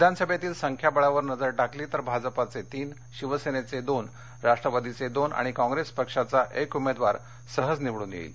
विधानसभेतील संख्याबळावर नजर टाकली तर भाजपचे तीन शिवसेनेचे दोन राष्ट्रवादीचे दोन आणि काँग्रेस पक्षाचा एक उमेदवार सहज निवडून येईल